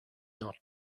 not